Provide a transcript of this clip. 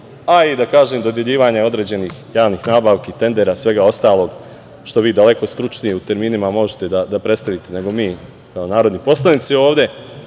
a i da kažem, dodeljivanje određenih javnih nabavki, tendera i svega ostalog, što vi daleko stručniji u terminima možete i da predstavite, nego mi kao narodni poslanici ovde,